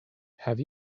have